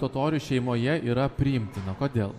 totorių šeimoje yra priimtina kodėl